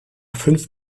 fünf